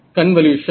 convolution